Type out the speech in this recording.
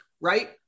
Right